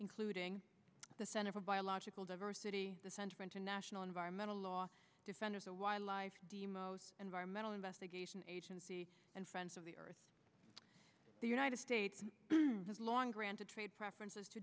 including the center for biological diversity the center for international environmental law defenders of wildlife do you most environmental investigation agency and friends of the earth the united states has long granted trade preferences to